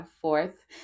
fourth